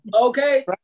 Okay